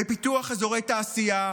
בפיתוח אזורי תעשייה?